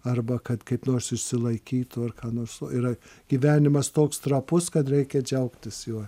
arba kad kaip nors išsilaikytų ar ką nors va yra gyvenimas toks trapus kad reikia džiaugtis juo